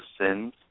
sins